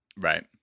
right